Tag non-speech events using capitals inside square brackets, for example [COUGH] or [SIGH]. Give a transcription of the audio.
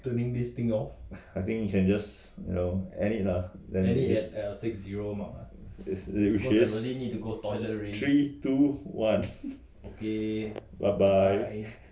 [LAUGHS] I think you can just you know end it lah then which is three two one [LAUGHS] bye bye